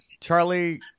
charlie